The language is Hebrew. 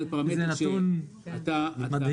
זה נתון מדהים.